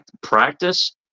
practice